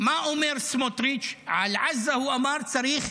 מה אומר סמוטריץ': על עזה הוא אמר שצריך